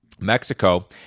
Mexico